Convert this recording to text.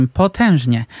potężnie